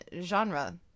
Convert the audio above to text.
genre